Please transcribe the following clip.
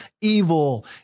evil